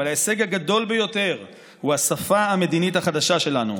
אבל ההישג הגדול ביותר הוא השפה המדינית החדשה שלנו.